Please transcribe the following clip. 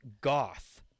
goth